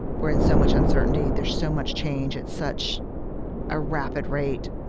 we're in so much uncertainty. there's so much change at such a rapid rate